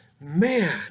Man